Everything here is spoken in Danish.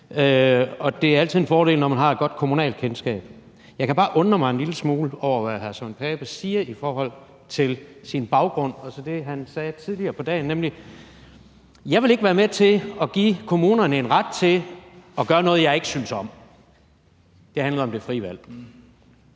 og det er altid en fordel, at man har et godt kommunalt kendskab. Jeg kan bare undre mig en lille smule over det, hr. Søren Pape Poulsen sagde om sin baggrund, altså det, han sagde tidligere på dagen, nemlig: Jeg vil ikke være med til at give kommunerne en ret til at gøre noget, jeg ikke synes om; det handler om det frie valg.